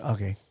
Okay